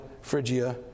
Phrygia